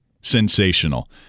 Sensational